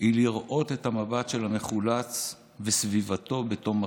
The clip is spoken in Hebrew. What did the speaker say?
היא לראות את המבט של המחולץ וסביבתו בתום החילוץ.